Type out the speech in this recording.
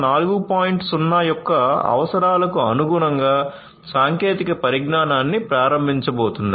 0 యొక్క అవసరాలకు అనుగుణంగా సాంకేతిక పరిజ్ఞానాన్ని ప్రారంభించబోతున్నాయి